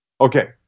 Okay